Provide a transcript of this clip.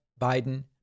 Biden